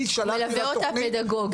הוא מלווה אותה פדגוגית.